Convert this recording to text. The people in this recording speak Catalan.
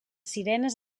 sirenes